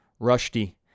Rushdie